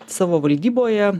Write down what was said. savo valdyboje